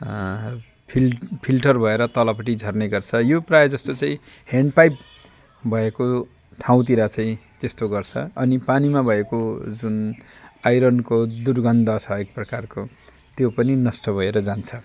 फिल्ट filter भएर तलपट्टि झर्ने गर्छ यो प्राय जस्तो चाहिँ ह्यान्ड पाइप भएको ठाउँतिर चाहिँ यस्तो गर्छ अनि पानीमा भएको जुन आइरनको दुर्गन्ध छ एक प्रकारको त्यो पनि नष्ट भएर जान्छ